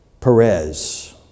Perez